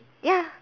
ya